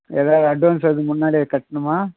ஏதாவது அட்வான்ஸு எதுவும் முன்னாடியே கட்டணுமா